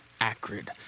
Acrid